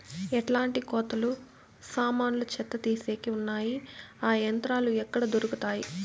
ఎట్లాంటి కోతలు సామాన్లు చెత్త తీసేకి వున్నాయి? ఆ యంత్రాలు ఎక్కడ దొరుకుతాయి?